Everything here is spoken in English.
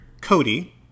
Cody